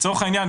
לצורך העניין,